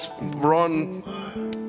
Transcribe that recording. Ron